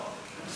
אדוני